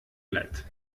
bleibt